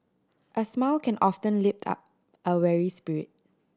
a smile can often lift up a weary spirit